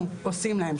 אנחנו עושים להם,